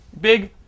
Big